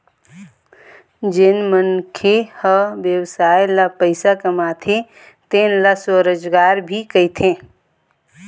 जेन मनखे ह बेवसाय ले पइसा कमाथे तेन ल स्वरोजगार भी कहिथें